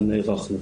אבל נערכנו.